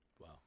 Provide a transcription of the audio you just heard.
Wow